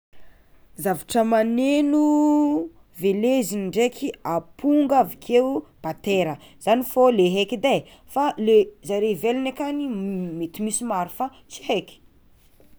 Zavatra maneno veleziny ndraiky amponga avekeo batera, zay fô le heky edy e fa zareo ivelagny akagny mety misy maro fa tsy heky.